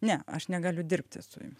ne aš negaliu dirbti su jumis